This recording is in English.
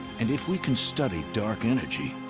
and if we can study dark energy,